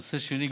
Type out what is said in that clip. נושא שני,